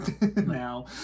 now